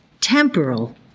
temporal